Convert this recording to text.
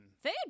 Food